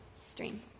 stream